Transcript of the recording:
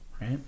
Right